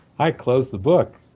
i closed the book.